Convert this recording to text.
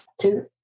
two